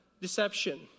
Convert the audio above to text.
deception